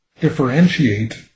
differentiate